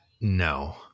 No